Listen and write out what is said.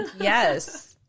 Yes